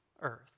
earth